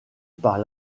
par